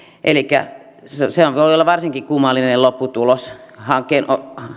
elikkä voi olla varsin kummallinen lopputulos hankkeen